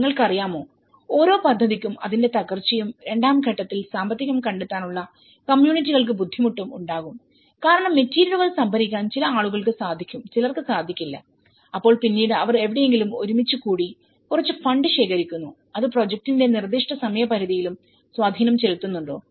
നിങ്ങൾക്കറിയാമോ ഓരോ പദ്ധതിക്കും അതിന്റെ തകർച്ചയും രണ്ടാം ഘട്ടത്തിൽ സാമ്പത്തികം കണ്ടെത്താനുള്ള കമ്മ്യൂണിറ്റികൾക്ക് ബുദ്ധിമുട്ടും ഉണ്ടാകും കാരണം മെറ്റീരിയലുകൾ സംഭരിക്കാൻ ചില ആളുകൾക്ക് സാധിക്കും ചിലർക്ക് സാധിക്കില്ല അപ്പോൾ പിന്നീട് അവർ എവിടെയെങ്കിലും ഒരുമിച്ചു കൂടി കുറച്ച് ഫണ്ട് ശേഖരിക്കുന്നു അത് പ്രോജക്റ്റിന്റെ നിർദ്ദിഷ്ട സമയപരിധിയിലും സ്വാധീനം ചെലുത്തുന്നുണ്ടോ